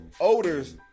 odors